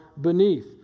beneath